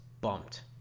bumped